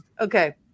Okay